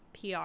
PR